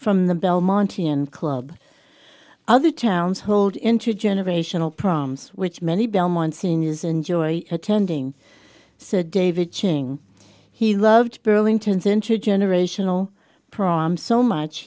from the belmonte and club other towns hold intergenerational proms which many belmont seniors enjoy attending said david ching he loved burlington's intergenerational prom so much